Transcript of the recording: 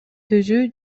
түзүү